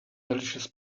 delicious